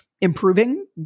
improving